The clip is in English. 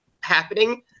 happening